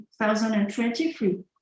2023